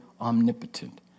omnipotent